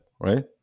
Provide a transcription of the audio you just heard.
right